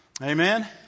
Amen